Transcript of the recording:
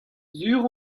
sur